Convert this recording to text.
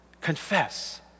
confess